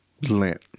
Lint